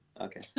Okay